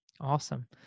Awesome